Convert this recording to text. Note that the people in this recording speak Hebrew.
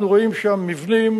אנחנו רואים שם מבנים,